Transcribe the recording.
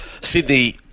Sydney